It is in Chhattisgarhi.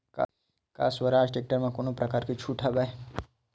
का स्वराज टेक्टर म कोनो प्रकार के छूट हवय?